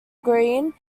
greene